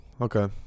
Okay